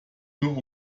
nur